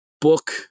book